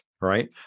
right